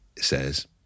says